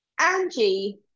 Angie